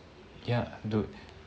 ya dude